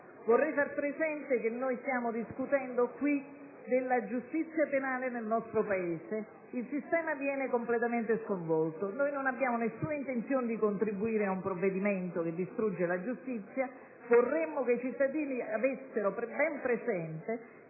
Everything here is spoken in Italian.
dichiarazione di voto. Stiamo discutendo della giustizia penale nel nostro Paese e del fatto che il sistema viene completamente sconvolto. Noi non abbiamo nessuna intenzione di contribuire ad un provvedimento che distrugga la giustizia. Vorremmo che i cittadini avessero ben presente